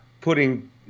putting –